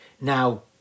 Now